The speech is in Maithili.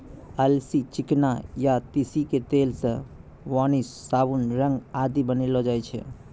अलसी, चिकना या तीसी के तेल सॅ वार्निस, साबुन, रंग आदि बनैलो जाय छै